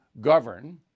govern